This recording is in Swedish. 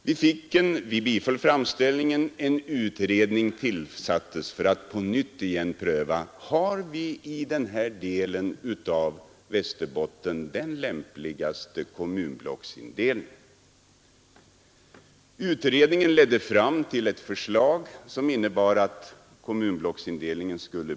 Den framställningen bifölls av länsstyrelsen så till vida att länsstyrelsen ännu en gång lät pröva om vi i denna del av Västerbotten hade den lämpligaste kommunblocksindelningen. Utredningen redovisade tre olika indelningsalternativ.